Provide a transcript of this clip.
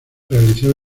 realizó